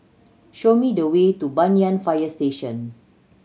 show me the way to Banyan Fire Station